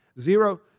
Zero